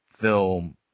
film